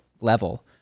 level